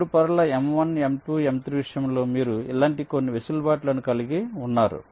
3 పొరల m1 m2 m3 విషయంలో మీరు ఇలాంటి కొన్ని వెసులుబాటు లను కలిగి ఉన్నారు